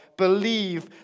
believe